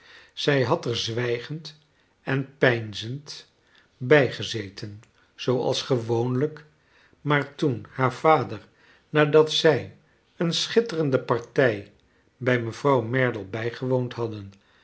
zij had er zwijgend en peinzend bij gezeten zooals gewoonlijk maar toen haar vader nadat zij een schitterende partij bij mevrouw merdle bijgewoond hadden